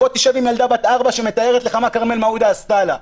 בוא תשב עם ילדה בת 4 שמספרת מה כרמל מעודה עשתה לה,